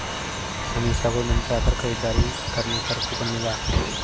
अमीषा को मिंत्रा पर खरीदारी करने पर कूपन मिला